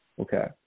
okay